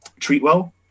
TreatWell